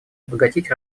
обогатить